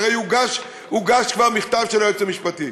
הרי הוגש כבר מכתב של היועץ המשפטי.